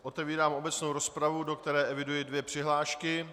Otevírám obecnou rozpravu, do které eviduji dvě přihlášky.